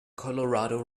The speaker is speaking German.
colorado